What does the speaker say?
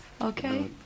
Okay